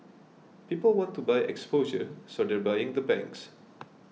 people want to buy exposure so they're buying the banks